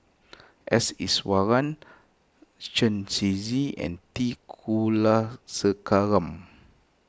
S Iswaran Chen Shiji and T Kulasekaram